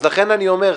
לכן אני אומר,